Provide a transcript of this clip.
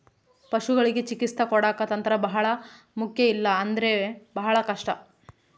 ಪಶುಗಳಿಗೆ ಚಿಕಿತ್ಸೆ ಕೊಡಾಕ ತಂತ್ರ ಬಹಳ ಮುಖ್ಯ ಇಲ್ಲ ಅಂದ್ರೆ ಬಹಳ ಕಷ್ಟ